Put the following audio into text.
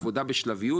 עבודה בשלביות,